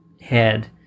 head